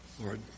Lord